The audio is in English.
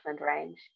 range